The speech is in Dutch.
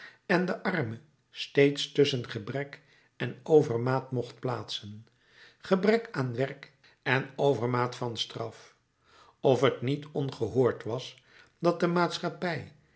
en den arme steeds tusschen gebrek en overmaat mocht plaatsen gebrek aan werk en overmaat van straf of t niet ongehoord was dat de maatschappij